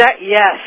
Yes